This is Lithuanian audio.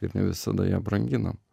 ir ne visada ją branginam